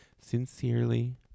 Sincerely